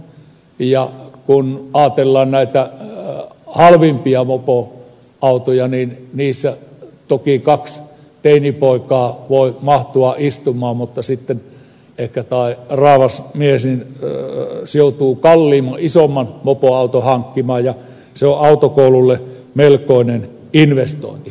ja kun ajatellaan näitä halvimpia mopoautoja niin niissä toki kaksi teinipoikaa voi mahtua istumaan mutta sitten ehkä raavas mies joutuu kalliimman isomman mopoauton hankkimaan ja se on autokoululle melkoinen investointi